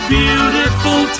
beautiful